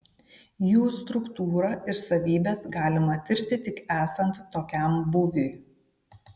jų struktūrą ir savybes galima tirti tik esant tokiam būviui